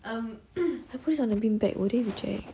I put it on a beanbag will they reject